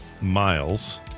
miles